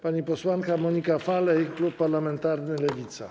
Pani posłanka Monika Falej, klub parlamentarny Lewica.